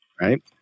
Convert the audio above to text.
right